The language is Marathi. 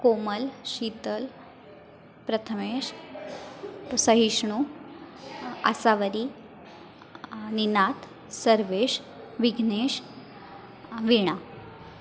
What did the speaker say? कोमल शितल प्रथमेश सहिष्णू आसावरी निनाद सर्वेश विघ्नेश वीणा